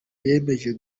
yemeje